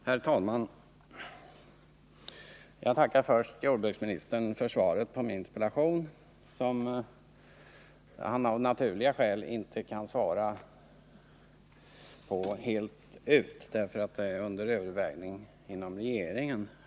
Herr talman! Jag tackar jordbruksministern för svaret på min interpellation — ett svar som av naturliga skäl inte kunnat bli fullständigt, eftersom vissa frågor är under övervägande inom regeringen.